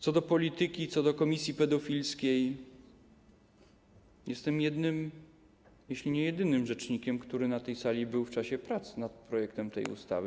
Co do polityki, co do komisji pedofilskiej: jestem jednym, jeśli nie jedynym rzecznikiem, który na tej sali był w czasie prac nad projektem tej ustawy.